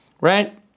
right